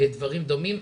דברים דומים.